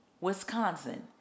Wisconsin